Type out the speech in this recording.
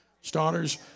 starters